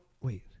Wait